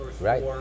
Right